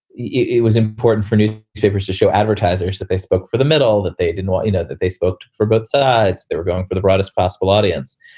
it was important for news papers to show advertisers that they spoke for the middle, that they didn't want, you know, that they spoke for both sides. they were going for the broadest possible audience.